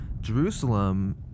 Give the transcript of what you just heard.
Jerusalem